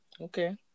Okay